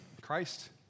Christ